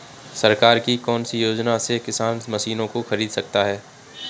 सरकार की कौन सी योजना से किसान मशीनों को खरीद सकता है?